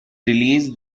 release